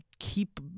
keep